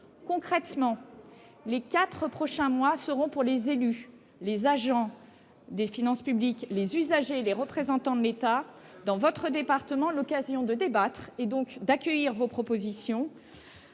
Concrètement, les quatre prochains mois seront pour les élus, les agents des finances publiques, les usagers et les représentants de l'État dans votre département l'occasion de débattre, donc d'accueillir vos propositions